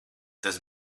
tas